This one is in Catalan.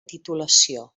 titulació